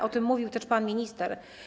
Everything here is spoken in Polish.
O tym mówił też pan minister.